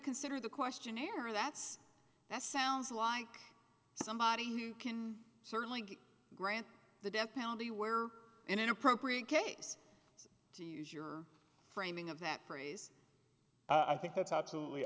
consider the questionnaire that's that's sounds like somebody who can certainly grant the death penalty were in an appropriate case to use your framing of that phrase i think that's absolutely